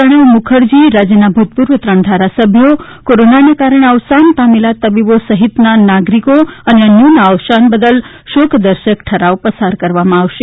પ્રણવ મુખર્જી રાજ્યના ભૂતપૂર્વ ત્રણ ધારાસભ્યો કોરોનાના કારણે અવસાન પામેલા તબીબો સહીતના નાગરિકો અને અન્યોના અવસાન બદલ શોક દર્શક ઠરાવ પસાર કરવામાં આવશે